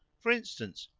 for instance,